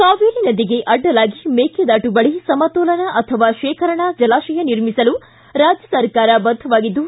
ಕಾವೇರಿ ನದಿಗೆ ಅಡ್ಡಲಾಗಿ ಮೇಕೆದಾಟು ಬಳಿ ಸಮತೋಲನ ಅಥವಾ ಶೇಖರಣಾ ಜಲಾಶಯ ನಿರ್ಮಿಸಲು ರಾಜ್ಯ ಸರ್ಕಾರ ಬದ್ದವಾಗಿದ್ದು